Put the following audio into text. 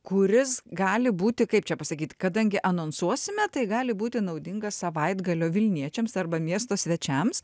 kuris gali būti kaip čia pasakyt kadangi anonsuosime tai gali būti naudingas savaitgalio vilniečiams arba miesto svečiams